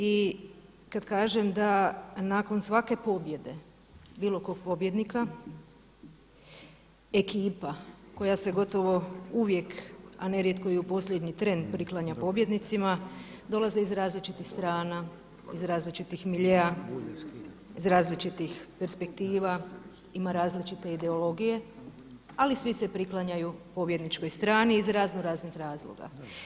I kad kažem da nakon svake pobjede bilo kog pobjednika ekipa koja se gotovo uvijek, a nerijetko i u posljednji tren priklanja pobjednicima, dolaze iz različitih strana, različitih miljea, iz različitih perspektiva, ima različite ideologije, ali svi se priklanjaju pobjedničkoj strani iz razno raznih razloga.